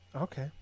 Okay